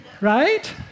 right